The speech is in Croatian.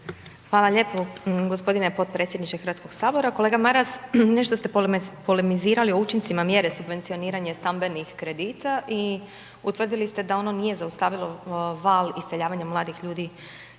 Hvala lijepo gospodine podpredsjedniče Sabora. Kolega Maras nešto ste polemizirali o učincima mjere subvencioniranja stambenih kredita i utvrdili ste da ono nije zaustavilo val iseljavanja mladih ljudi